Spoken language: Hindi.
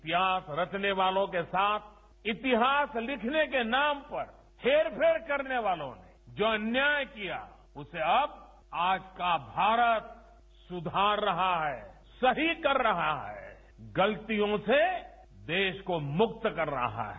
इतिहास रचने वालों के साथ इतिहास लिखने के नाम पर हेरफेर करने वालों ने जो अन्याय किया उसे अब आज का भारत सुधार रहा है सही कर रहा है गलतियों से देश को मुक्त कर रहा है